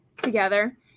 together